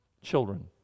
children